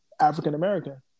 african-american